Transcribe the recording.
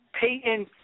Peyton